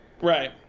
Right